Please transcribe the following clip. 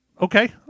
Okay